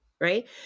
Right